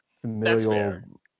familial